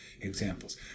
examples